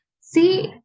See